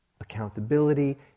Accountability